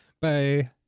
Bye